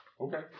Okay